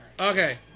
Okay